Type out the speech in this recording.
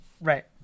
Right